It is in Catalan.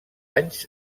anys